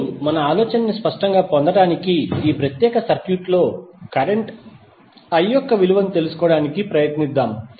ఇప్పుడు ఆలోచన స్పష్టంగా పొందడానికి ఈ ప్రత్యేక సర్క్యూట్లో కరెంట్ I యొక్క విలువను తెలుసుకోవడానికి ప్రయత్నిద్దాం